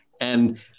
And-